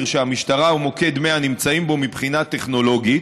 שהמשטרה או מוקד 100 נמצאים בו מבחינה טכנולוגית,